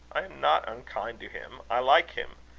i am not unkind to him. i like him.